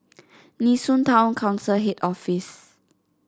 Nee Soon Town Council Head Office